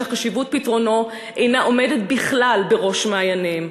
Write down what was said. שחשיבות פתרונו אינה עומדת בכלל בראש מעייניהם.